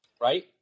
right